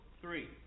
three